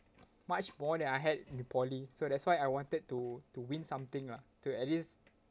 much more than I had in poly so that's why I wanted to to win something lah to at least